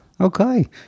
Okay